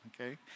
Okay